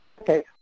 Okay